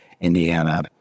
Indiana